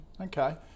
Okay